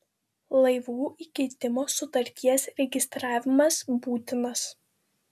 laivų įkeitimo sutarties registravimas būtinas